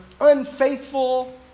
unfaithful